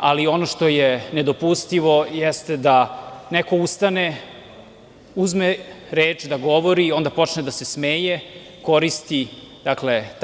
ali ono što je nedopustivo jeste da neko ustane, uzme reč da govori i onda počne da se smeje, koristi